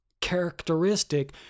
characteristic